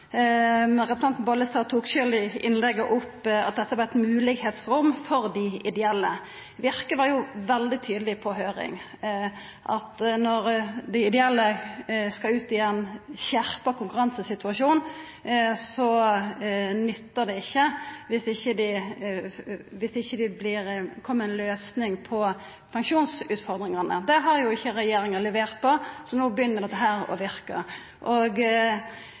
Representanten Bollestad tok sjølv i innlegget opp at dette var eit moglegheitsrom for dei ideelle. Virke var jo veldig tydeleg på på høyring at når dei ideelle skal ut i ein skjerpa konkurransesituasjon, nyttar det ikkje dersom det ikkje kjem ei løysing på pensjonsutfordringane. Det har jo ikkje regjeringa levert på, så no begynner dette å verka. Kva tenkjer Kristeleg Folkeparti vil skje med dei ideelle når dei har pensjonsutfordringa med seg og